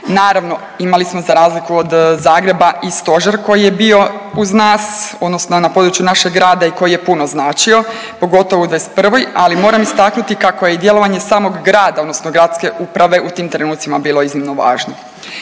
Naravno, imali smo za razliku od Zagreba i stožer koji je bio uz nas odnosno na području našeg grada i koji je puno značio pogotovo u '21., ali moram istaknuti kako je djelovanje samog grada odnosno gradske uprave u tim trenucima bilo iznimno važno.